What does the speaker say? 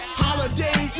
holiday